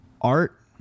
art